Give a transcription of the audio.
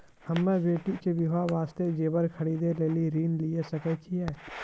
हम्मे बेटी के बियाह वास्ते जेबर खरीदे लेली ऋण लिये सकय छियै?